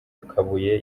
kabuye